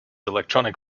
electronic